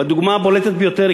והדוגמה הבולטת ביותר היא,